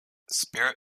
spirit